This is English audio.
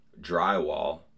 drywall